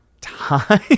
time